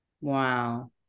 wow